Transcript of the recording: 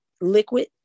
liquid